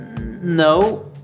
No